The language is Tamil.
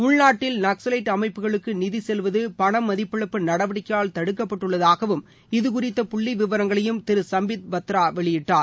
உள்நாட்டில் நக்சவைட் அமைப்புகளுக்கு நிதி செல்வது பணமதிப்பிழப்பு நடவடிக்கையால் தடுக்கப்பட்டுள்ளதாகவும் இதுகுறித்த புள்ளி விவரங்களையும் திரு சும்பீத் பத்ரா வெளியிட்டார்